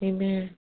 Amen